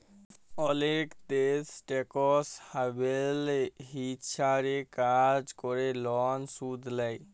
অলেক দ্যাশ tax haven হিছাবে কাজ ক্যরে লন শুধ লেই